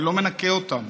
אני לא מנקה אותם,